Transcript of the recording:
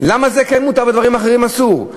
למה זה כן מותר ודברים אחרים אסור?